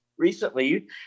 recently